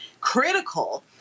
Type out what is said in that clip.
critical